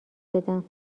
بدم